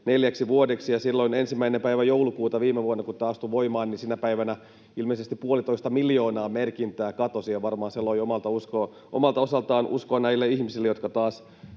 neljäksi vuodeksi. Silloin 1. päivä joulukuuta viime vuonna, kun tämä astui voimaan, ilmeisesti puolitoista miljoonaa merkintää katosi, ja varmaan se loi omalta osaltaan uskoa näille ihmisille, jotka taas